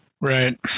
Right